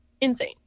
Insane